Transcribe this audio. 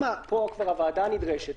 אם פה כבר הוועדה נדרשת,